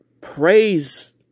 praise